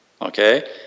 Okay